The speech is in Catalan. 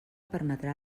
permetrà